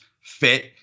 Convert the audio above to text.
fit